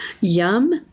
yum